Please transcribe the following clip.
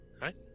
right